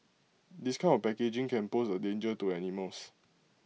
this kind of packaging can pose A danger to animals